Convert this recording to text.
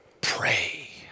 pray